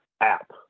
app